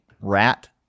rat